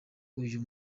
uyu